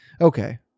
Okay